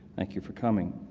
thank you for coming.